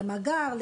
למאגר,